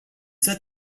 set